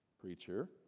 Preacher